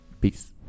peace